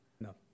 No